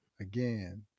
Again